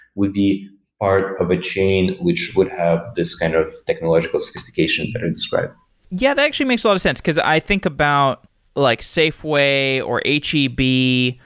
would be part of a chain which would have this kind of technological sophistication that i described. yeah, that actually makes a lot of sense, because i think about like safeway or h e b.